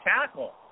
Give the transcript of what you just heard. tackle